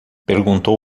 perguntou